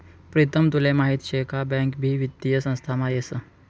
प्रीतम तुले माहीत शे का बँक भी वित्तीय संस्थामा येस